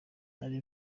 nari